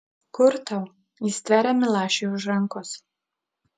kur tau ji stveria milašiui už rankos